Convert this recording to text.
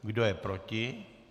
Kdo je proti?